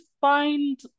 find